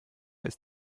ist